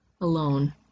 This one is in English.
alone